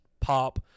pop